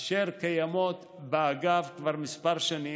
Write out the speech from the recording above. אשר קיימות באגף כבר כמה שנים,